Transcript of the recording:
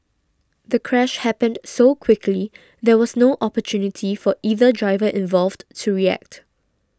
the crash happened so quickly there was no opportunity for either driver involved to react